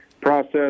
process